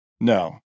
No